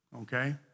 okay